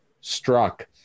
struck